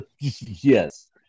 Yes